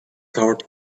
covered